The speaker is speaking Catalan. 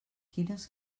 quines